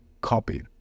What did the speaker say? copy